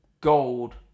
Gold